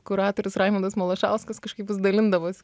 kuratorius raimundas malašauskas kažkaip vis dalindavosi